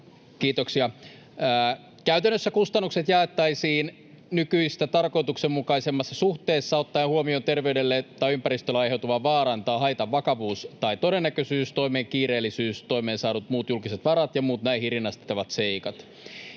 Kiitoksia! — Käytännössä kustannukset jaettaisiin nykyistä tarkoituksenmukaisemmassa suhteessa ottaen huomioon terveydelle tai ympäristölle aiheutuvan vaaran tai haitan vakavuus tai todennäköisyys, toimen kiireellisyys, toimeen saadut muut julkiset varat ja muut näihin rinnastettavat seikat.